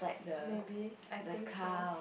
maybe I think so